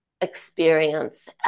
experience